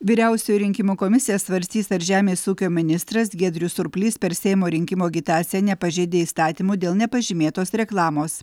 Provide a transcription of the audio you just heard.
vyriausioji rinkimų komisija svarstys ar žemės ūkio ministras giedrius surplys per seimo rinkimų agitaciją nepažeidė įstatymų dėl nepažymėtos reklamos